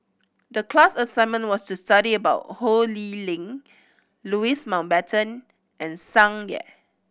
the class assignment was to study about Ho Lee Ling Louis Mountbatten and Tsung Yeh